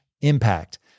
impact